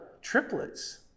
triplets